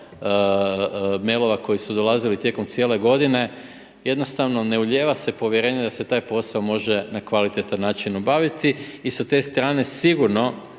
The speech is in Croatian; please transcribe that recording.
mailova koji su dolazili tijekom cijele godine, jednostavno ne ulijeva se povjerenje da se taj posao može na kvalitetan način obaviti. I sa te strane sigurno